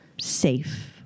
safe